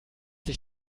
sich